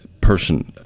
person